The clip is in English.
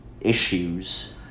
issues